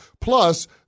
Plus